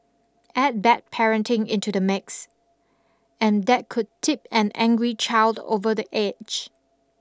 add bad parenting into the mix and that could tip an angry child over the edge